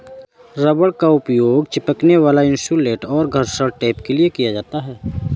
rubber का उपयोग चिपकने वाला इन्सुलेट और घर्षण टेप के लिए किया जाता है